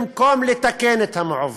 במקום לתקן את המעוות,